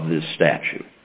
of the statu